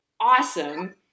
awesome